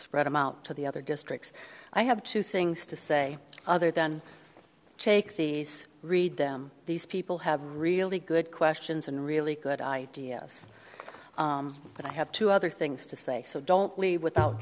spread them out to the other districts i have two things to say other than take these read them these people have really good questions and really good ideas but i have two other things to say so don't leave without